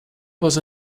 was